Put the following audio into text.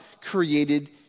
created